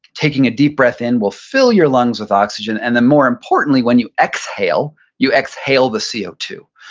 taking a deep breath in will fill your lungs with oxygen. and then more importantly, when you exhale, you exhale the c o two,